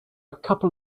couple